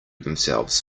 themselves